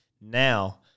now